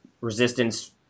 resistance